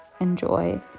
enjoy